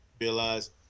realize